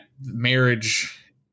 marriage